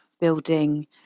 building